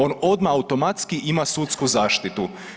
On odmah automatski ima sudsku zaštitu.